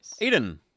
Eden